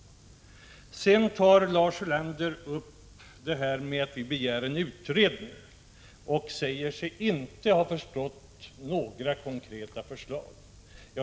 Sedan tar Lars Ulander upp det förhållandet att vi begär en utredning och säger sig inte ha funnit att vi har några konkreta förslag.